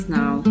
now